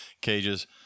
cages